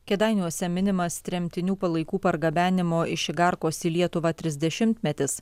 kėdainiuose minimas tremtinių palaikų pargabenimo iš igarkos į lietuvą trisdešimtmetis